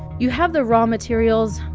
you have the raw materials,